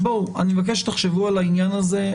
אני מבקש שתחשבו על העניין הזה.